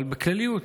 אבל בכלליות.